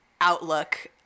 outlook